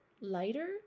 lighter